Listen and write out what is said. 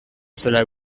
cela